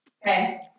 Okay